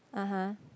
(uh huh)